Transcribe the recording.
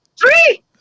Three